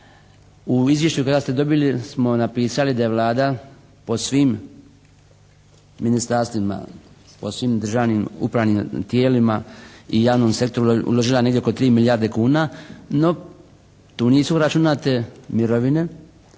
u izvješću koja ste dobili smo napisali da je Vlada po svim ministarstvima, po svim državnim upravnim tijelima i javnom sektoru uložila negdje oko 3 milijarde kuna no tu nisu uračunate mirovine,